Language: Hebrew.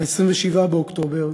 27 באוקטובר,